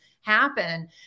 happen